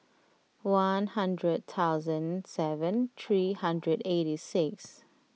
one hundred thousand seven three hundred eighty six